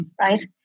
right